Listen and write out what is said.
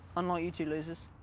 unlike you two losers.